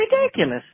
ridiculous